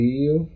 Rio